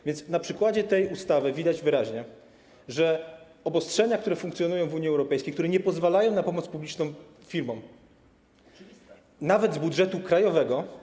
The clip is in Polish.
A więc na przykładzie tej ustawy widać wyraźnie, że obostrzenia, które funkcjonują w Unii Europejskiej, które nie pozwalają na pomoc publiczną firmom nawet z budżetu krajowego.